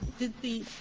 did the